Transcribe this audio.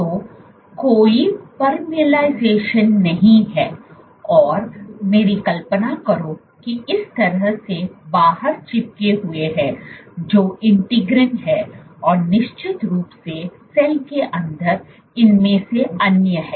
तो कोई परमियाब्लिइझेशन नहीं है और मेरी कल्पना करो कि इस तरह से बाहर चिपके हुए हैं जो इंटीग्रिन हैं और निश्चित रूप से सेल के अंदर इनमें से अन्य हैं